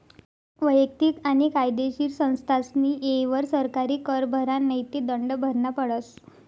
वैयक्तिक आणि कायदेशीर संस्थास्नी येयवर सरकारी कर भरा नै ते दंड भरना पडस